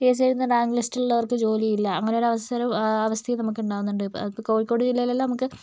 P S C എഴുതുന്ന rank ലിസ്റ്റിൽ ഉള്ളവർക്ക് ജോലിയില്ല അങ്ങനെ ഒരു അവസരം അവസ്ഥ നമുക്ക് ഉണ്ടാകുന്നുണ്ട് അത് കോഴിക്കോട് ജില്ലയിൽ അല്ല അതു നമുക്ക്